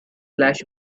flash